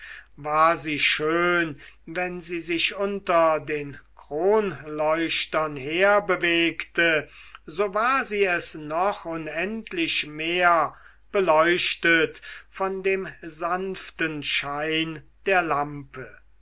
war sie schön wenn sie sich unter den kronleuchtern her bewegte so war sie es noch unendlich mehr beleuchtet von dem sanften schein der lampe